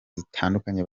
zitandukanye